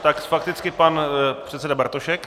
Tak fakticky pan předseda Bartošek.